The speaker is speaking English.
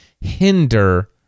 hinder